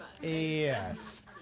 yes